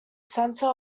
center